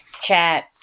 chat